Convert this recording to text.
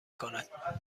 کند